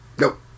Nope